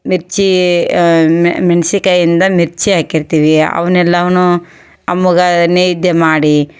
ಮಿರ್ಚಿ ಮೆಣ್ಸಿನ್ಕಾಯಿಂದ ಮಿರ್ಚಿ ಹಾಕಿರ್ತಿವಿ ಅವ್ನೆಲವನ್ನು ಅಮ್ಮಗೆ ನೈವೇದ್ಯ ಮಾಡಿ